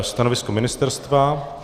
Stanovisko ministerstva?